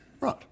Right